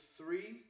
three